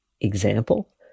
example